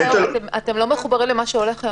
--- אתם לא מחוברים למה שהולך היום.